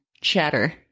chatter